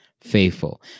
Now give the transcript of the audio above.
faithful